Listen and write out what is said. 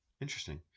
interesting